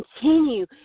continue